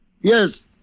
Yes